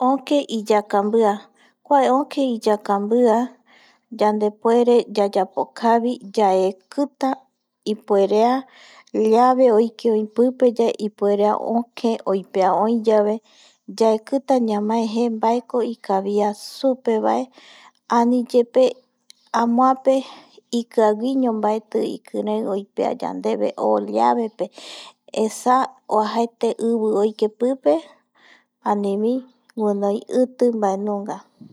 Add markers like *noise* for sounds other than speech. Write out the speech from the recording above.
Oke iyakambia, kua oke iyakambia yandepuere yayapokavi, yaekita ipuerea llave oike oi pipe yave, ipuerea oke oipea oi yave, yaekita ñamae je mbaeko ikavia supe vae, aniyepe amoape ikiaguiño mbaeti ikirei oipea yandeve o *hesitation* avepe esa oajaete ivi oike pipe anivi guinoi iti mbae nunga